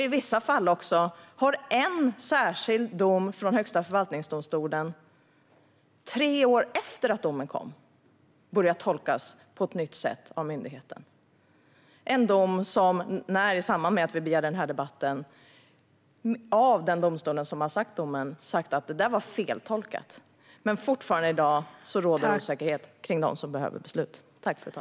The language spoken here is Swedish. I vissa fall har en särskild dom från Högsta förvaltningsdomstolen börjat tolkas på ett nytt sätt av myndigheten tre år efter det att domen kom. I samband med att vi begärde denna debatt har den domstol som avkunnade domen sagt att den feltolkas, men fortfarande råder i dag osäkerhet kring dem som behöver beslut.